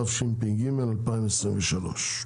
התשפ"ג-2023.